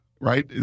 right